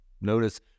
Notice